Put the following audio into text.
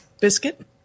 Biscuit